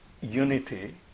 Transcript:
unity